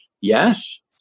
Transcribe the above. Yes